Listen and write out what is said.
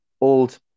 old